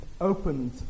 opened